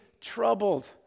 troubled